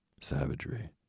savagery